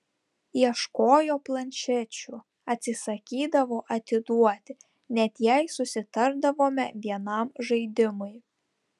ieškojo planšečių atsisakydavo atiduoti net jei susitardavome vienam žaidimui